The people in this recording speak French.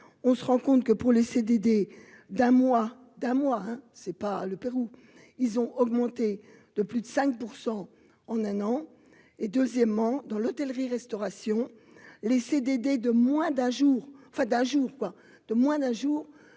on se rend compte que pour les CDD d'un mois d'un mois, hein, c'est pas le Pérou, ils ont augmenté de plus de 5 % en un an, et deuxièmement dans l'hôtellerie restauration. Les CDD de moins d'un jour fada jour quoi de moins d'un jour